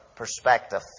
perspective